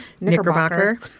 Knickerbocker